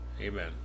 amen